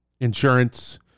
insurance